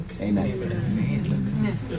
Amen